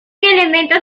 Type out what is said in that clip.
elementos